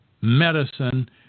medicine